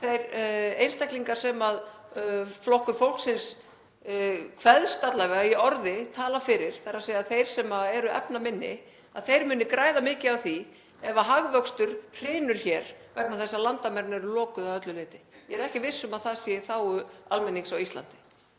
þeir einstaklingar sem Flokkur fólksins kveðst alla vega í orði tala fyrir, þ.e. þeir sem eru efnaminni, muni græða mikið á því ef hagvöxtur hrynur hér vegna þess að landamærin eru lokuð að öllu leyti. Ég er ekki viss um að það sé í þágu almennings á Íslandi